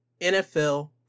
NFL